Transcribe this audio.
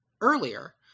earlier